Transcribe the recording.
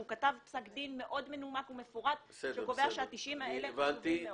הוא כתב פסק דין מאוד מנומק ומפורט שקובע ש-90 הימים האלה חשובים מאוד.